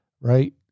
right